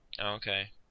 Okay